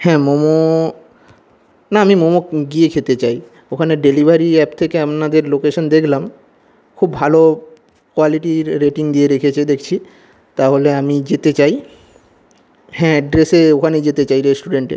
হ্যাঁ মোমো না আমি মোমো গিয়ে খেতে চাই ওখানে ডেলিভারি অ্যাপ থেকে আপনাদের লোকেশান দেখলাম খুব ভালো কোয়ালিটির রেটিং দিয়ে রেখেছে দেখছি তাহলে আমি যেতে চাই হ্যাঁ অ্যাড্রেসে ওখানে যেতে চাই রেস্টুরেন্টে